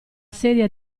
sedia